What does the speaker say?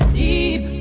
deep